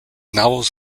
novels